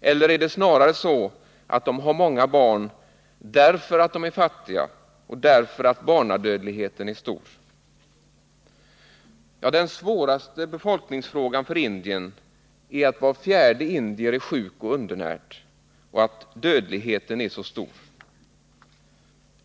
eller är det snarare så att de har många barn därför att de är fattiga och därför att barnadödligheten är stor? Den svåraste befolkningsfrågan för Indien är att var fjärde indier är sjuk och undernärd och att dödligheten är så stor.